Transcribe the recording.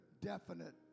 definite